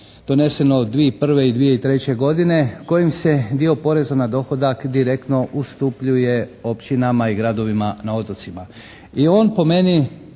doneseno 2001. i 2003. godine kojim se dio poreza na dohodak direktno ustupljuje općinama i gradovima na otocima. I on po meni